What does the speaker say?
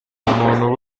umuntu